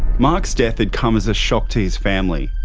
mark's death had come as a shock to his family,